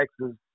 Texas